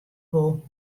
wol